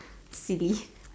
silly